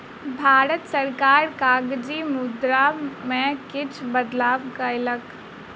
भारत सरकार कागजी मुद्रा में किछ बदलाव कयलक